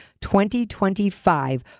2025